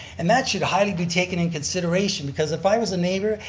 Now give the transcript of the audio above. and that should highly be taken in consideration because if i was a neighbor,